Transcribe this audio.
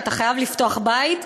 ואתה חייב לפתוח בית,